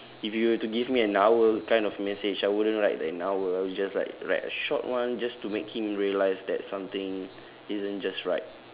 if you were to give me an hour kind of message I wouldn't write an hour I would just like write a short one just to make him realise that something isn't just right